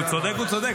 כשהוא צודק, הוא צודק.